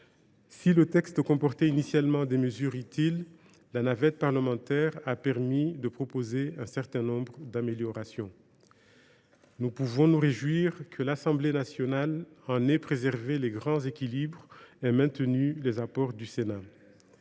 Le texte comportait initialement des mesures utiles, auxquelles la navette parlementaire a apporté un certain nombre d’améliorations. Nous pouvons nous réjouir que l’Assemblée nationale en ait préservé les grands équilibres et qu’elle ait conservé les apports du Sénat.